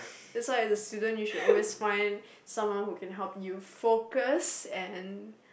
that's why as a student you should always find someone who can help you focus and